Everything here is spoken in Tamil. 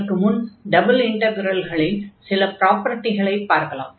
அதற்கு முன் டபுள் இன்டக்ரல்களின் சில பராப்பர்டிகளை பார்க்கலாம்